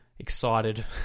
Excited